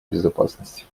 безопасности